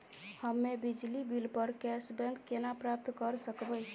हम्मे बिजली बिल प कैशबैक केना प्राप्त करऽ सकबै?